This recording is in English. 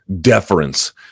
deference